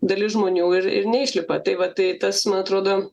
dalis žmonių ir ir neišlipa tai vat tai tas man atrodo